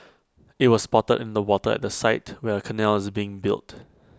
IT was spotted in the water at the site where A canal is being built